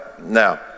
Now